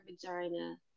vagina